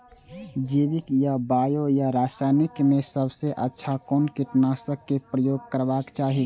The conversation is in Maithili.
जैविक या बायो या रासायनिक में सबसँ अच्छा कोन कीटनाशक क प्रयोग करबाक चाही?